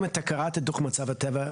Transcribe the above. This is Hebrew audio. אם אתה קראת את דוח מצב הטבע,